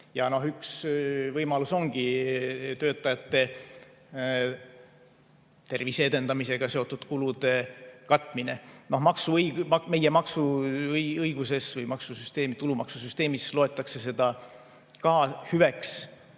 Ja üks võimalus ongi töötajate tervise edendamisega seotud kulude katmine. Meie maksuõiguses või tulumaksusüsteemis loetakse seda hüveks,